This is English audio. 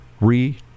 re